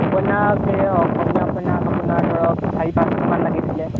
উপন্যাস অসমীয়া উপন্যাস আপোনাৰ ধৰক চাৰি পাঁচখনমান লাগিছিল